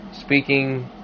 speaking